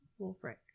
Wolfric